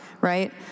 right